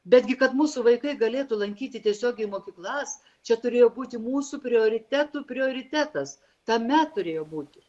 betgi kad mūsų vaikai galėtų lankyti tiesiogiai mokyklas čia turėjo būti mūsų prioritetų prioritetas tame turėjo būti